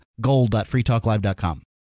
gold.freetalklive.com